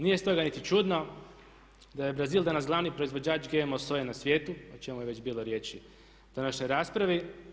Nije stoga niti čudno da je Brazil danas glavni GMO soje na svijetu, o čemu je već bilo riječi u današnjoj raspravi.